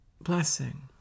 blessing